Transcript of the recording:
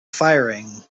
firing